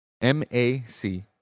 M-A-C